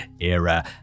Era